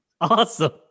Awesome